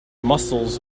muscles